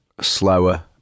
slower